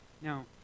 Now